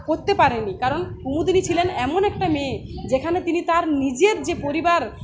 কোত্তে পারেন কারণ কুমুদিনী ছিলেন এমন একটা মেয়ে যেখানে তিনি তার নিজের যে পরিবার